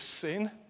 sin